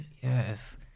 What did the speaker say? yes